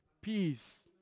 Peace